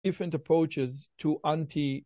Different approaches to anti...